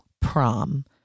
prom